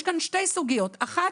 יש כאן שתי סוגיות: אחת,